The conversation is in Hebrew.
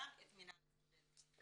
וגם את מינהל הסטודנטים.